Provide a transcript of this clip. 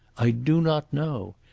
i do not know.